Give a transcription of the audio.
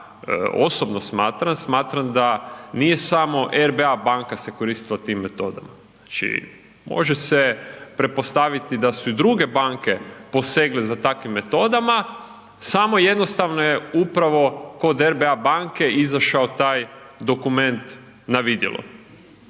smatram da nije samo RBA banka se koristila tim metodama, znači može se pretpostaviti da su i druge banke posegle za takvim metodama, samo jednostavno je upravo kod RBA banke izašao taj dokument na vidjelo,